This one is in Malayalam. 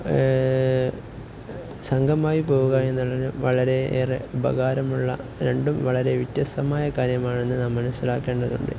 അ സംഘമായി പോവുക എന്നുള്ളതു വളരെയേറെ ഉപകാരമുള്ള രണ്ടും വളരെ വ്യത്യസ്തമായ കാര്യമാണെന്നു നമ്മള് മനസ്സിലാക്കേണ്ടതുണ്ട്